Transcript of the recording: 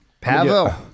Pavel